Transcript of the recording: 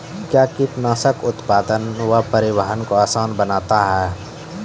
कया कीटनासक उत्पादन व परिवहन को आसान बनता हैं?